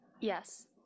Yes